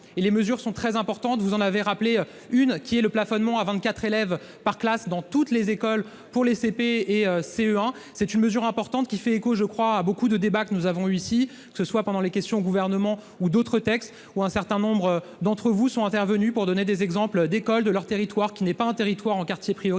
et les mesures sont très importantes, vous en avez rappelé une qui est le plafonnement à 24 élèves par classe dans toutes les écoles pour les CP et CE1 c'est une mesure importante qui fait écho, je crois à beaucoup de débats que nous avons ici, que ce soit pendant les questions au gouvernement, ou d'autres textes, où un certain nombre d'entre vous sont intervenus pour donner des exemples d'écoles de leur territoire qui n'est pas en territoire en quartiers prioritaires